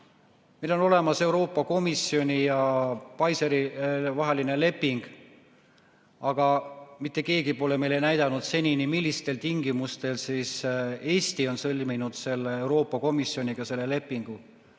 Meil on olemas Euroopa Komisjoni ja Pfizeri vaheline leping. Aga mitte keegi pole meile näidanud senini, millistel tingimustel Eesti on sõlminud Euroopa Komisjoniga selle lepingu.